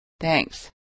Thanks